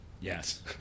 yes